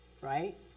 right